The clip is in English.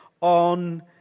on